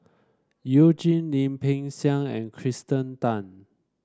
You Jin Lim Peng Siang and Kirsten Tan